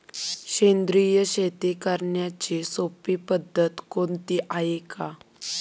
सेंद्रिय शेती करण्याची सोपी पद्धत कोणती आहे का?